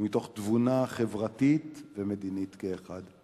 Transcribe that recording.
ומתוך תבונה חברתית ומדינית כאחד.